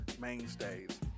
mainstays